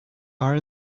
are